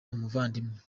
umuvandimwe